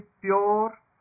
pure